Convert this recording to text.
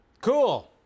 Cool